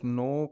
no